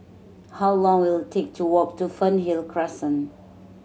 how long will it take to walk to Fernhill Crescent